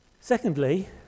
Secondly